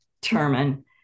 determine